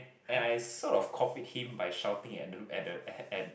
and I sort of copied him by shouting at them at the at at